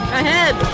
ahead